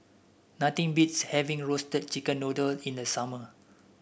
nothing beats having Roasted Chicken Noodle in the summer